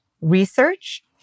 research